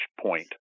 point